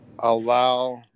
allow